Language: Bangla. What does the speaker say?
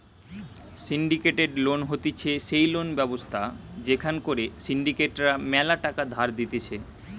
সিন্ডিকেটেড লোন হতিছে সেই লোন ব্যবস্থা যেখান করে সিন্ডিকেট রা ম্যালা টাকা ধার দিতেছে